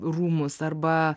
rūmus arba